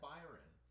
Byron